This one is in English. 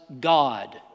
God